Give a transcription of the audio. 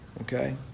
Okay